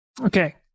Okay